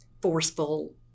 forceful